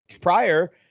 prior